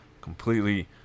Completely